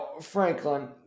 Franklin